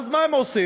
ואז מה הם עושים?